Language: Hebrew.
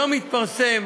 היום התפרסם